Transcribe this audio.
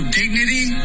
dignity